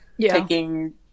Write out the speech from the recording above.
taking